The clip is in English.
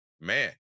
man